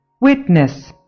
Witness